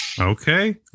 Okay